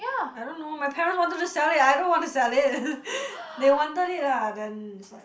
I don't know my parents wanted to sell it I don't want to sell it they wanted it ah then that's why